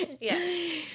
yes